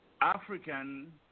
African